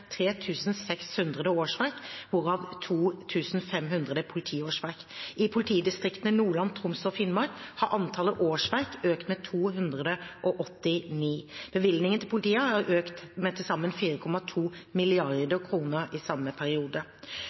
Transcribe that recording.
årsverk, hvorav 2 500 er politiårsverk. I politidistriktene Nordland, Troms og Finnmark har antallet årsverk økt med 289. Bevilgningen til politiet har økt med til sammen 4,2 mrd. kr i samme periode.